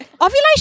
Ovulation